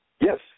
Yes